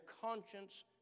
conscience